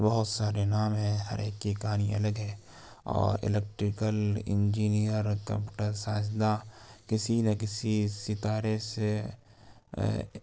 بہت سارے نام ہیں ہر ایک کی کہانی الگ ہے اور الیکٹریکل انجینئر کمپیوٹر سائنس داں کسی نہ کسی ستارے سے